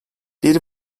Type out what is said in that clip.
bir